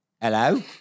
Hello